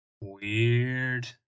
Weird